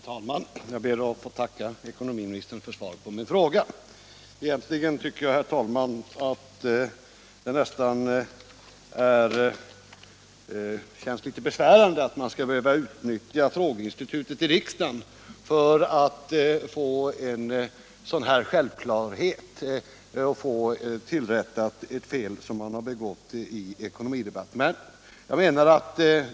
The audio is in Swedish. Herr talman! Jag ber att få tacka ekonomiministern för svaret på min fråga. Egentligen känns det litet besvärande att man skall behöva utnyttja frågeinstitutet i riksdagen för att få ett så självklart fel från ekonomidepartementets sida tillrättat.